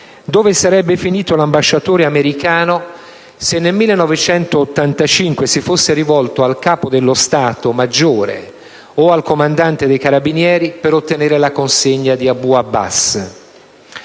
dove sarebbe finito l'ambasciatore americano, se nel 1985 si fosse rivolto al Capo di Stato maggiore o al Comandante dei Carabinieri per ottenere la consegna di Abu Abbas.